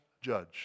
judge